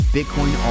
Bitcoin